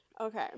okay